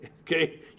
okay